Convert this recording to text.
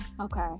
Okay